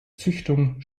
züchtung